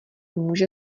může